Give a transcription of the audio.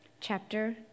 Chapter